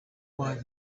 why